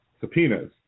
subpoenas